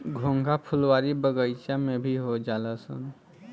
घोंघा फुलवारी बगइचा में भी हो जालनसन